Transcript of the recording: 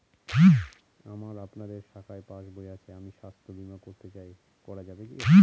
আমার আপনাদের শাখায় পাসবই আছে আমি স্বাস্থ্য বিমা করতে চাই করা যাবে কি?